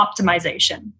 optimization